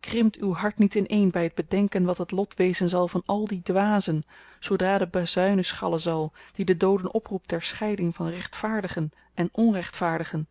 krimpt uw hart niet in-een by het bedenken wat het lot wezen zal van al die dwazen zoodra de bazuine schallen zal die de dooden oproept ter scheiding van rechtvaardigen en onrechtvaardigen